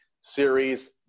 series